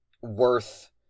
worth